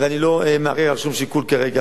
ואני לא מערער על שום שיקול כרגע,